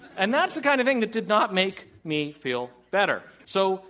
and that's the kind of thing that did not make me feel better. so